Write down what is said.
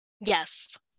Yes